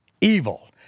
evil